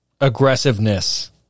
aggressiveness